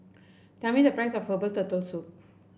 tell me the price of Herbal Turtle Soup